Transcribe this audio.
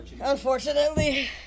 Unfortunately